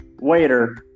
Waiter